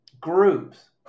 groups